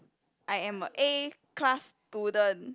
I am a A class student